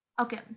Okay